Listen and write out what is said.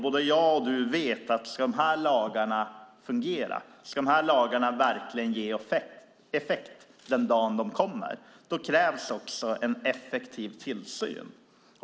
Både jag och du, Beatrice Ask, vet att om dessa lagar ska fungera och verkligen ge effekt den dag de kommer krävs det också en effektiv tillsyn.